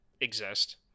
exist